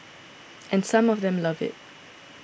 and some of them love it